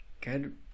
Good